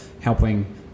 helping